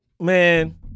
man